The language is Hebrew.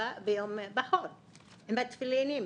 עם התפילין,